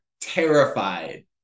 terrified